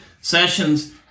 sessions